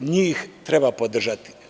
Njih treba podržati.